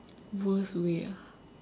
worst way ah